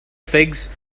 figs